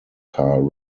car